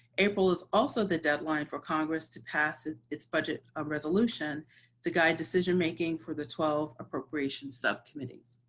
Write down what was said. april is also the deadline for congress to pass its its budget ah resolution to guide decision making for the twelve appropriation subcommittees.